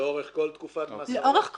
לאורך כל תקופת מאסרו?